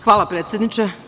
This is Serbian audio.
Hvala predsedniče.